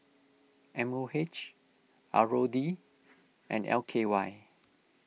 M O H R O D and L K Y